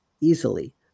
easily